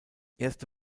erste